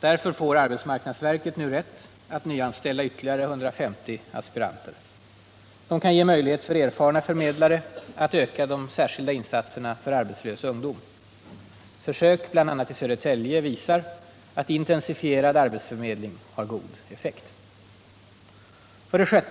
Därför får arbetsmarknadsverket nu rätt att nyanställa ytterligare 150 aspiranter. De kan ge möjlighet för erfarna förmedlare att öka de särskilda insatserna för arbetslös ungdom. Försök, bl.a. i Södertälje, visar att intensifierad arbetsförmedling har god effekt. 6.